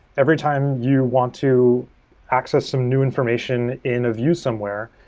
every time you want to access some new information in a view somewhere,